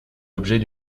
l’objet